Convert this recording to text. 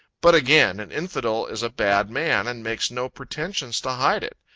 but again, an infidel is a bad man, and makes no pretensions to hide it.